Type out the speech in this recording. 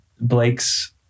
Blake's